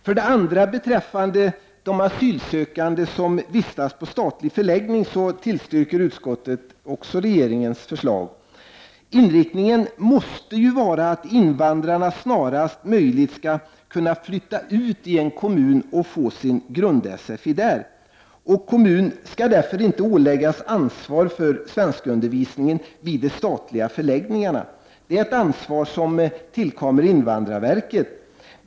För det andra beträffande de asylsökande som vistas på statlig förläggning, tillstyrker utskottet också regeringens förslag. Inriktningen måste vara att invandrarna snarast möjligt skall kunna flytta ut i en kommun och få sin grund-sfi där. Kommunen skall därför inte åläggas ansvar för svenskundervisning vid de statliga förläggningarna. Det är ett ansvar som tillkommer invandrarverket.